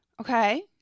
Okay